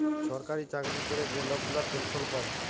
ছরকারি চাকরি ক্যরে যে লক গুলা পেলসল পায়